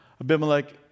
Abimelech